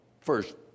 first